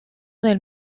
del